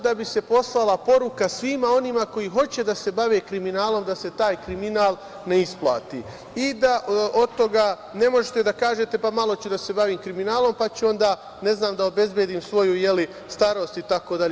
Da bi se poslala poruka svima onima koji hoće da se bave kriminalnom da se taj kriminal ne isplati i da od toga ne možete da kažete – malo ću da se bavim kriminalnom, pa ću onda, ne znam, da obezbedim svoju starost itd.